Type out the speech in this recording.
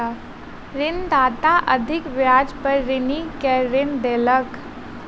ऋणदाता अधिक ब्याज पर ऋणी के ऋण देलक